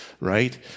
right